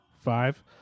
Five